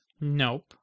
Nope